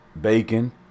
bacon